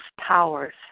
powers